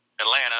Atlanta